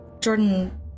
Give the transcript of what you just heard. Jordan